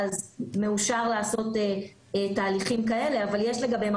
מאושר לעשות תהליכים כאלה אבל יש לגביהם